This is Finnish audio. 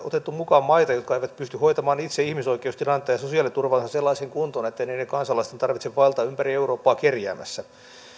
otettu mukaan maita jotka eivät pysty hoitamaan itse ihmisoikeustilannettaan ja sosiaaliturvaansa sellaiseen kuntoon ettei niiden kansalaisten tarvitse vaeltaa ympäri eurooppaa kerjäämässä